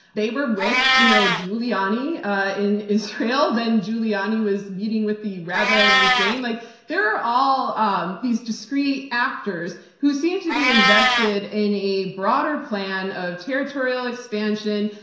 they were with you know giuliani ah in israel, then giuliani was meeting with the rabbi of ukraine. like there are all um these discrete actors who seem to be invested in a broader plan of territorial expansion,